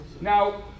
Now